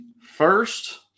first